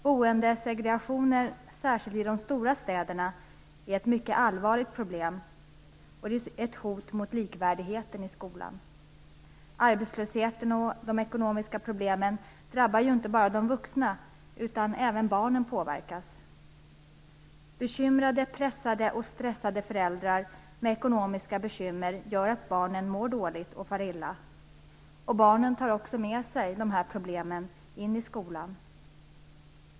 Boendesegregationen, särskilt i de stora städerna, är ett mycket allvarligt problem och är ett hot mot likvärdigheten i skolan. Arbetslösheten och de ekonomiska problemen drabbar ju inte bara de vuxna, utan även barnen påverkas. Bekymrade, pressade och stressade föräldrar med ekonomiska bekymmer gör att barnen mår dåligt och far illa, och barnen tar också med sig problemen in i skolan.